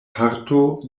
parto